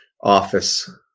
office